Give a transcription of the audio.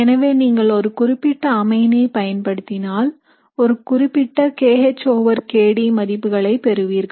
எனவே நீங்கள் ஒரு குறிப்பிட்ட அமைன் ஐ பயன்படுத்தினால் ஒரு குறிப்பிட்ட kH over kD மதிப்புகளை பெறுவீர்கள்